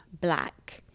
black